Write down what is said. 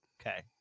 Okay